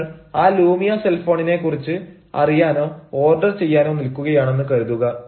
നിങ്ങൾ ആ Lumia cell ഫോണിനെ കുറിച്ച് അറിയാനോ ഓർഡർ ചെയ്യാനോ നിൽക്കുകയാണെന്ന് കരുതുക